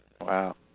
Wow